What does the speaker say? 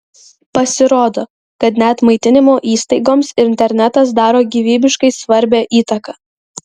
pasirodo kad net maitinimo įstaigoms internetas daro gyvybiškai svarbią įtaką